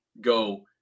go